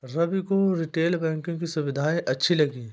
रवि को retail banking की सुविधाएं अच्छी लगी